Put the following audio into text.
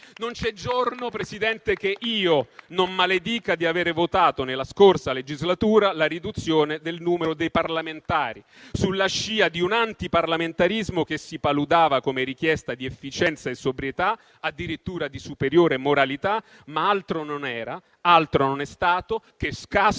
Non c'è giorno che io non maledica di avere votato nella scorsa legislatura la riduzione del numero dei parlamentari, sulla scia di un antiparlamentarismo che si paludava come richiesta di efficienza e sobrietà, addirittura di superiore moralità, ma altro non era e altro non è stato che scasso